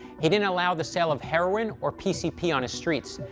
he didn't allow the sale of heroin or pcp on his streets.